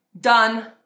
Done